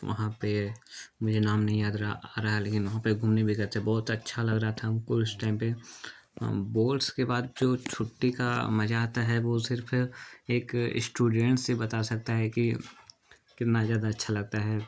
वहाँ पर मुझे नाम नहीं याद रहा आ रहा है लेकिन वहाँ पर घूमने भी गए थे बहुत अच्छा लग रहा था हमको उस टाइम पर बोर्ड्स के बाद जो छुट्टी का मज़ा आता है वह सिर्फ एक इस्टूडेंस ही बता सकता है कि कितना ज़्यादा अच्छा लगता है